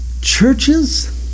Churches